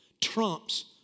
trumps